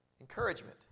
Encouragement